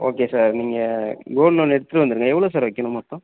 okay sir நீங்கள் gold loan எடுத்துகிட்டு வந்துடுங்க எவ்வளோ சார் வைக்கணும் மொத்தம்